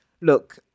look